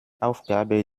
aufgabe